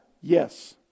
Yes